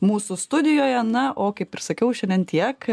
mūsų studijoje na o kaip ir sakiau šiandien tiek